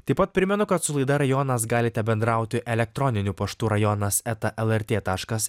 taip pat primenu kad su laida rajonas galite bendrauti elektroniniu paštu rajonas eta lrt taškas